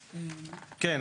כן,